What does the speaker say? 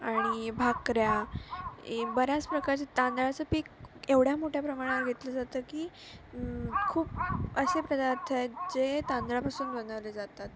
आणि भाकऱ्या ही बऱ्याच प्रकारचे तांदळाचं पीक एवढ्या मोठ्या प्रमाणावर घेतलं जातं की खूप असे पदार्थ आहेत जे तांदळापासून बनवले जातात